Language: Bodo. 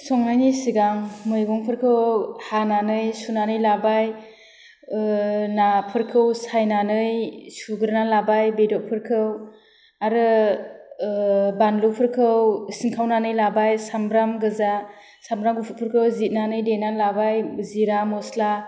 संनायनि सिगां मैगंफोरखौ हानानै सुनानै लाबाय नाफोरखौ सायनानै सुग्रोनानै लाबाय बेददफोरखौ आरो बानलुफोरखौ सिंखावनानै लाबाय सामब्राम गोजा सामब्राम गुफुरफोरखौ जिरनानै देनानै लाबाय जिरा मस्ला